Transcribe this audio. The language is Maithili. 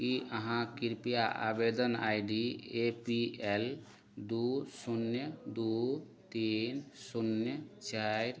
कि अहाँ कृपया आवेदन I D A P L दुइ शून्य दुइ तीन शून्य चारि